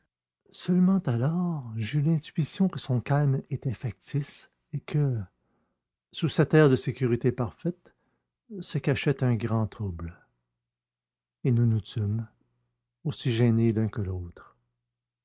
seulement alors j'eus l'intuition que son calme était factice et que sous cet air de sécurité parfaite se cachait un grand trouble et nous nous tûmes aussi gênés l'un que l'autre